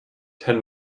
ten